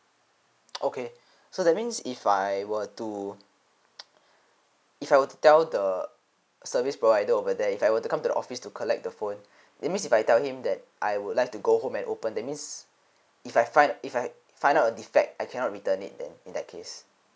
okay so that means if I were to if I were to tell the service provider over there if I were to come to the office to collect the phone that means if I tell him that I would like to go home and open that means if I find if I find out a defect I cannot return it then in that case